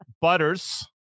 Butters